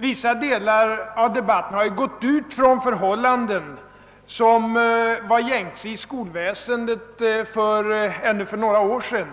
Vissa delar av debatten har utgått från förhållanden som var gängse i skolväsendet kanske ännu för några år sedan